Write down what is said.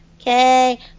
Okay